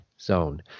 zone